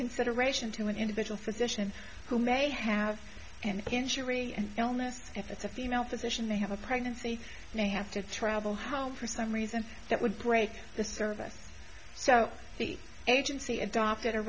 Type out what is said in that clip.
consideration to an individual physician who may have an injury and illness if it's a female physician they have a pregnancy they have to travel home for some reason that would break the service so the agency adopted